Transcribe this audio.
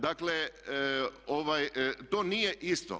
Dakle, to nije isto.